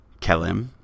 Kelim